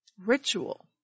ritual